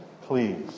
please